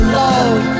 love